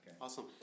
Awesome